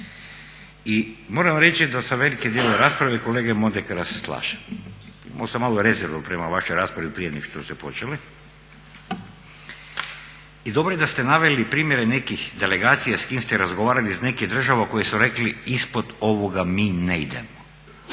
I moram vam reći da sa velikim djelom rasprave kolege Mondekara se slažem. Imao sam malo rezervu prema vašoj raspravi prije nego što ste počeli i dobro je da ste naveli primjere nekih delegacija s kim ste razgovarali iz nekih država koji su rekli ispod ovoga mi ne idemo.